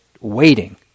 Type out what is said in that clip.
waiting